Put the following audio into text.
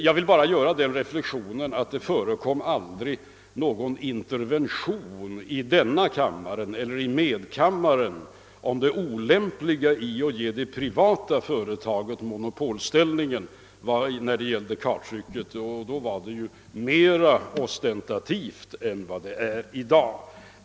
Jag vill bara göra den reflexionen att det aldrig förekom någon intervention i denna kammare eller i medkammaren om det olämpliga i att ge det privaia Esselte-företaget en monopolställning när det gällde karttrycket, och då var den monopolställningen mer påtaglig än den är i dag.